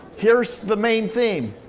here's the main theme.